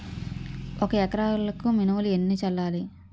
ఒక ఎకరాలకు మినువులు ఎన్ని చల్లాలి?